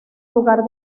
lugar